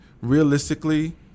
Realistically